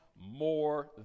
more